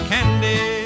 Candy